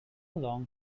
long